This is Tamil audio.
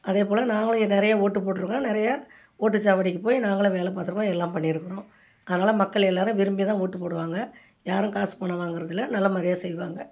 அதேப் போல நாங்களும் நிறையா ஓட்டு போட்டிருக்கோம் நிறையா ஓட்டுச்சாவடிக்குப் போய் நாங்களும் வேலைப் பார்த்துருக்கோம் எல்லாம் பண்ணியிருக்கிறோம் அதனால் மக்கள் எல்லோரும் விரும்பி தான் ஓட்டுப் போடுவாங்க யாரும் காசு பணம் வாங்கிறது இல்லை நல்ல மாதிரியா செய்வாங்க